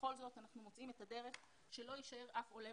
ובכל זאת אנחנו מוצאים את הדרך שלא יישאר מאחור אף עולה